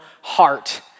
heart